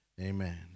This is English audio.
amen